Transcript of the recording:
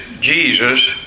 Jesus